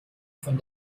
von